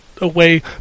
away